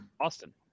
Austin